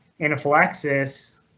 anaphylaxis